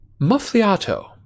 Muffliato